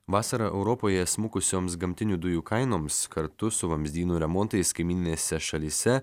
vasarą europoje smukusioms gamtinių dujų kainoms kartu su vamzdynų remontais kaimyninėse šalyse